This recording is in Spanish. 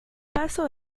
paso